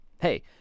Hey